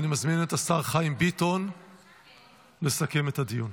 אני מזמין את השר חיים ביטון לסכם את הדיון.